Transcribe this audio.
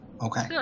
okay